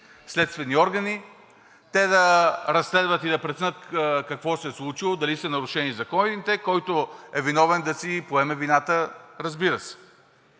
следствени органи, те да разследват и да преценят какво се е случило – дали са нарушени законите, който е виновен, да си поеме вината, разбира се.